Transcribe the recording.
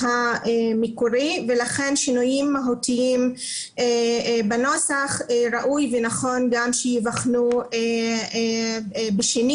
ולכן שינויים מהותיים בנוסח ראוי ונכון שייבחנו גם בשנית,